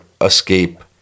escape